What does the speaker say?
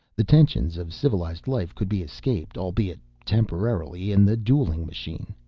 the tensions of civilized life could be escaped albeit temporarily in the dueling machine.